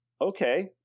Okay